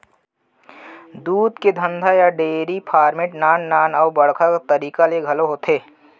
दूद के धंधा या डेरी फार्मिट नान नान अउ बड़का घलौ तरीका ले होथे